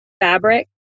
fabric